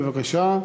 בבקשה.